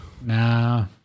Nah